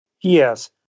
Yes